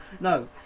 no